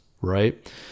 right